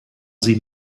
sie